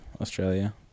Australia